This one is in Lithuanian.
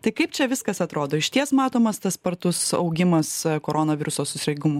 tai kaip čia viskas atrodo išties matomas tas spartus augimas korona viruso susirgimų